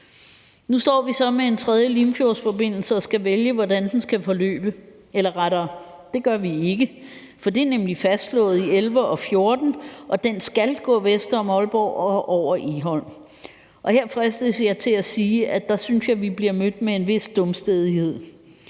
Nu står vi så med en tredje Limfjordsforbindelse og skal vælge, hvordan den skal forløbe – eller rettere, det skal vi ikke, for det er nemlig fastslået i 2011 og 2014, og den skal gå vest om Aalborg og over Egholm. Og her fristes jeg til at sige, at der synes jeg, vi bliver mødt med en vis dumstædighed.